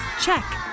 Check